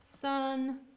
sun